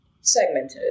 segmented